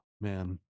man